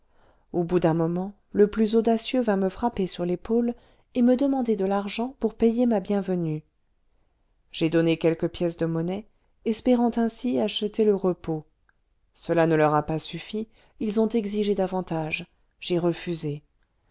au bout d'un moment le plus audacieux vint me frapper sur l'épaule et me demander de l'argent pour payer ma bienvenue j'ai donné quelques pièces de monnaie espérant acheter ainsi le repos cela ne leur a pas suffi ils ont exigé davantage j'ai refusé